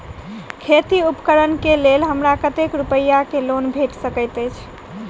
खेती उपकरण केँ लेल हमरा कतेक रूपया केँ लोन भेटि सकैत अछि?